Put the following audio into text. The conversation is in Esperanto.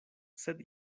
sed